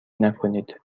نکنید